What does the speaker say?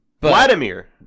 Vladimir